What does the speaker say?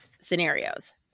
scenarios